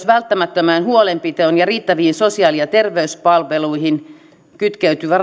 välttämättömään huolenpitoon ja riittäviin sosiaali ja terveyspalveluihin kytkeytyvää